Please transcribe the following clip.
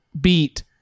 beat